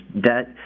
debt